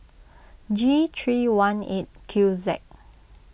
G three one eight Q Z